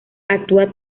actúa